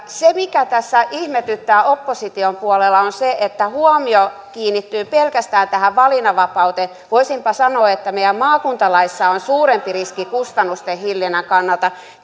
se mikä tässä ihmetyttää opposition puheissa on se että huomio kiinnittyy pelkästään tähän valinnanvapauteen voisinpa sanoa että meidän maakuntalaissa on suurempi riski kustannusten hillinnän kannalta